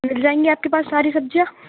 مل جائیں گی آپ کے پاس ساری سبزیاں